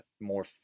more